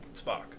Spock